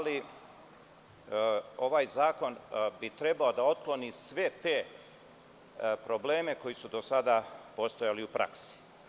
Ovaj zakon bi trebao da otkloni sve te probleme koji su do sada postojali u praksi.